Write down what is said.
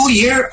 year